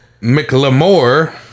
McLemore